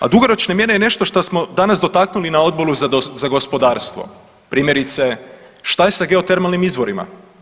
A dugoročna mjera je nešto šta smo danas dotaknuli na Odboru za gospodarstvo, primjerice, šta je sa geotermalnim izvorima?